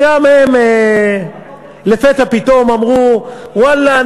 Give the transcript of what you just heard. וגם הם לפתע פתאום אמרו: ואללה,